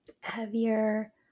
heavier